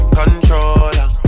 controller